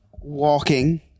walking